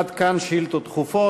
עד כאן שאילתות דחופות.